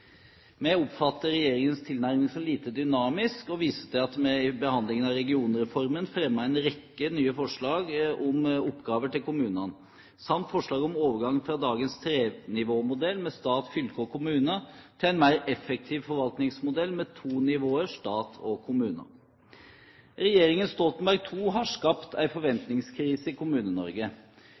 Vi oppfatter regjeringens tilnærming som lite dynamisk og viser til at vi i behandlingen av regionreformen fremmet en rekke nye forslag om oppgaver til kommunene, samt forslag om overgang fra dagens trenivåmodell, stat, fylker og kommuner, til en mer effektiv forvaltningsmodell med de to nivåer, stat og kommuner. Regjeringen Stoltenberg II har skapt en forventningskrise i